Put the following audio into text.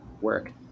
work